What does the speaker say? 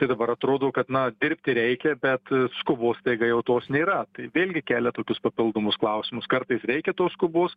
tai dabar atrodo kad na dirbti reikia bet skubos staiga jau tos nėra tai vėlgi kelia tokius papildomus klausimus kartais reikia tos skubos